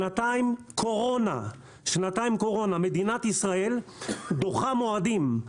שנתיים קורונה, מדינת ישראל דוחה מועדים,